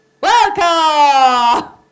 Welcome